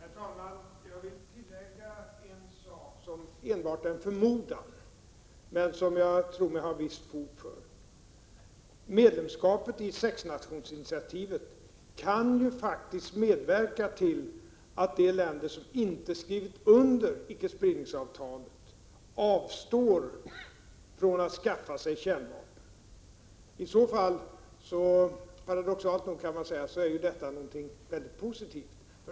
Herr talman! Jag vill tillägga en sak som enbart är en förmodan men som jag tror mig ha visst fog för. Medlemskapet i sexnationsinitiativet kan ju faktiskt medverka till att de länder som inte skrivit under icke-spridningsavtalet avstår från att skaffa sig kärnvapen. I så fall är detta — paradoxalt nog kan man säga — någonting väldigt positivt.